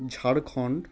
Jharkhand